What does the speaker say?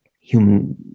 human